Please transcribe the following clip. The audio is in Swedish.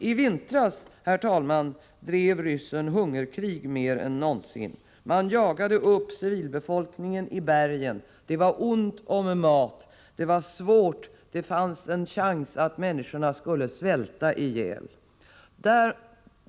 I vintras, herr talman, drev ryssen hungerkrig mer än någonsin. Man jagade upp civilbefolkningen i bergen. Det var ont om mat, människorna hade det besvärligt och det fanns risk att de skulle svälta ihjäl.